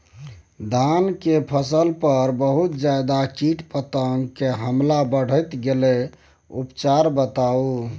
धान के फसल पर बहुत ज्यादा कीट पतंग के हमला बईढ़ गेलईय उपचार बताउ?